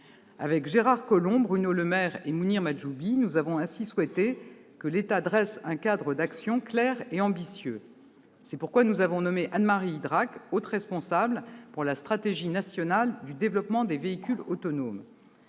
Gérard Collomb, Bruno Le Maire, Mounir Mahjoubi et moi-même avons ainsi souhaité que l'État dresse un cadre d'action clair et ambitieux. C'est pourquoi nous avons nommé Anne-Marie Idrac haute responsable pour la stratégie nationale du développement des véhicules autonomes.